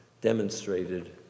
demonstrated